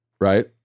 Right